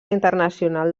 internacional